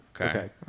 Okay